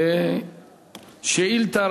שאילתא,